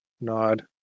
Nod